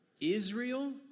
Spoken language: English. Israel